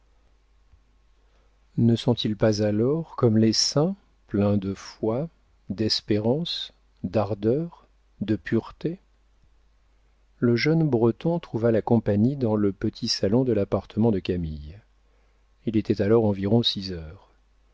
ne sont-ils pas alors comme les saints pleins de foi d'espérance d'ardeur de pureté le jeune breton trouva la compagnie dans le petit salon de l'appartement de camille il était alors environ six heures